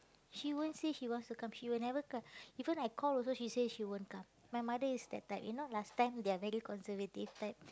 she won't say she wants to come she will never come even I call also she say she won't come my mother is that type you know last time they are very conservative type